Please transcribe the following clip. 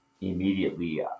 immediately